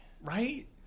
Right